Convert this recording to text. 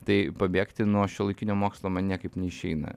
tai pabėgti nuo šiuolaikinio mokslo man niekaip neišeina